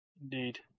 Indeed